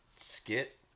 skit